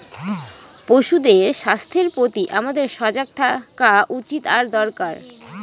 পশুদের স্বাস্থ্যের প্রতি আমাদের সজাগ থাকা উচিত আর দরকার